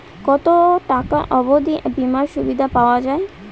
কত টাকা অবধি বিমার সুবিধা পাওয়া য়ায়?